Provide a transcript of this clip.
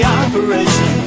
operation